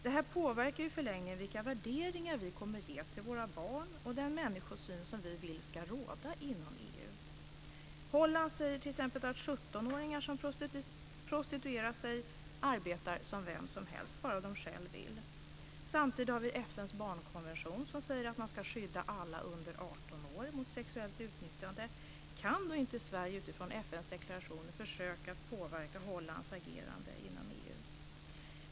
Det här påverkar i förlängningen vilka värderingar vi kommer att ge till våra barn och den människosyn som vi vill ska råda inom EU. Holland säger t.ex. att 17-åringar som prostituerar sig arbetar som vem som helst, bara de själva vill. Samtidigt säger FN:s barnkonvention att man ska skydda alla under 18 år mot sexuellt utnyttjande. Kan då inte Sverige utifrån FN:s deklarationer försöka att påverka Hollands agerande inom EU?